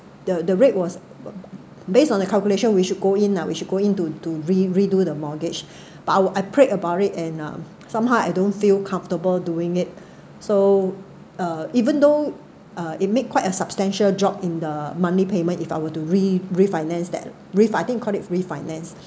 the the rate was based on a calculation we should go in ah we should go in to to re re do the mortgage but our I prayed about it and um somehow I don't feel comfortable doing it so uh even though uh it make quite a substantial drop in the monthly payment if I were to re refinance that ref~ I think they call it refinance